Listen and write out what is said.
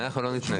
אנחנו לא נתנגד.